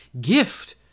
gift